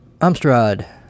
Amstrad